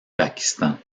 pakistan